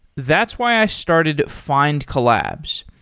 that's why i started findcollabs.